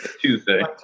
Tuesday